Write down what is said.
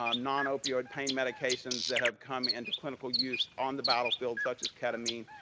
um non-opioid pain medications that have come into clinical use on the battlefield such as ketamine,